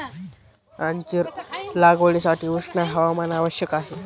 अंजीर लागवडीसाठी उष्ण हवामान आवश्यक आहे